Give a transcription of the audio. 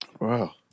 Wow